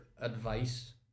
advice